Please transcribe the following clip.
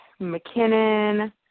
McKinnon